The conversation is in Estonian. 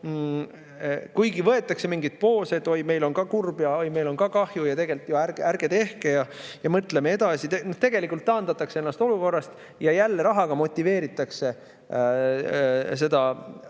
kuigi võetakse mingeid poose, et oi, meil on ka kurb ja meil on ka kahju ja ärge tehke ja mõtleme edasi, taandatakse ennast olukorrast ja jälle rahaga motiveeritakse seda